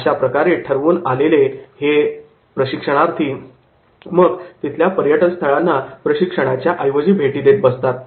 अशाप्रकारे ठरवून आलेले प्रशिक्षणार्थी मग तिथल्या पर्यटनस्थळांना प्रशिक्षणाच्या ऐवजी भेटी देत बसतात